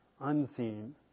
unseen